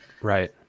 Right